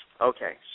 Okay